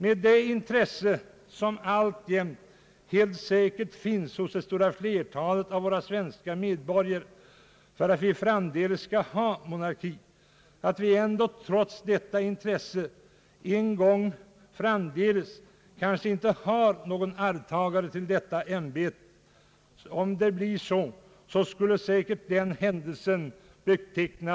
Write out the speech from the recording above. Med det intresse som alltjämt helt säkert finns hos det stora flertalet svenska medborgare för att vi även framdeles skall ha monarki skulle det betraktas som mycket olyckligt om vi en gång i framtiden kanske inte skulle ha någon arvtagare till detta ämbete.